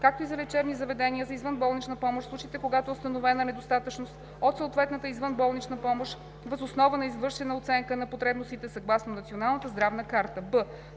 както и за лечебни заведения за извънболнична помощ в случаите, когато е установена недостатъчност от съответната извънболнична помощ въз основа на извършена оценка на потребностите съгласно Националната здравна карта.“;